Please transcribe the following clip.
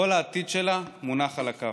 כל העתיד שלה מונח על הכף,